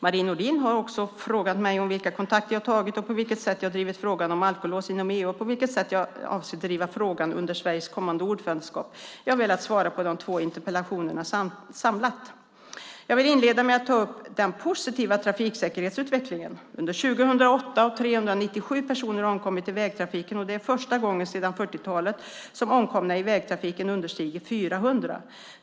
Marie Nordén har också frågat mig om vilka kontakter jag tagit och på vilket sätt jag drivit frågan om alkolås inom EU och på vilket sätt jag avser att driva frågan under Sveriges kommande ordförandeskap. Jag väljer att svara på de två interpellationerna samlat. Jag vill inleda med att ta upp den positiva trafiksäkerhetsutvecklingen. Under 2008 har 397 personer omkommit i vägtrafiken, och det är första gången sedan 40-talet som omkomna i vägtrafiken understiger 400.